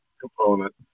component